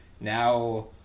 now